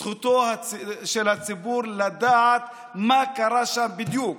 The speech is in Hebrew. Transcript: זכותו של הציבור לדעת מה קרה שם בדיוק.